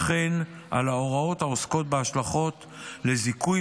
וכן על ההוראות העוסקות בהשלכות של זיכוי